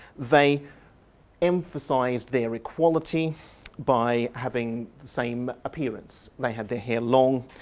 they emphasised their equality by having the same appearance. they had their hair long,